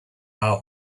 our